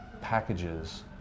packages